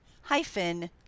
hyphen